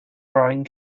brian